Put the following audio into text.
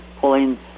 pulling